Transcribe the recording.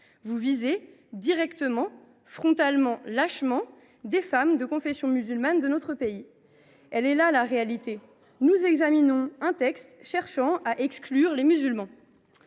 vous visez directement, frontalement et lâchement, des femmes de confession musulmane de notre pays. Voilà la réalité : nous examinons un texte cherchant à exclure les musulmans.